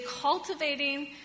cultivating